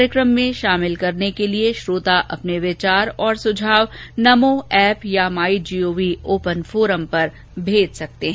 कार्यक्रम में शामिल करने के लिए श्रोता अपने विचार और सुझाव नमो एप या माई जीओवी ओपन फोरम पर भेज सकते हैं